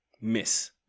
miss